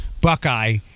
Buckeye